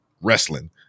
wrestling